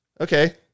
okay